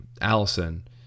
Allison